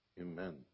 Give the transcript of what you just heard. Amen